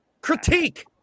Critique